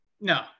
No